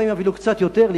לפעמים אפילו קצת יותר,